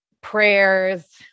prayers